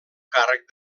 càrrec